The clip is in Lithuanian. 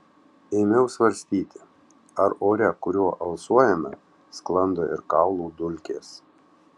ėmiau svarstyti ar ore kuriuo alsuojame sklando ir kaulų dulkės